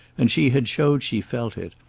and she had showed she felt it,